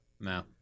No